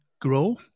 grow